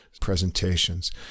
presentations